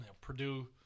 Purdue –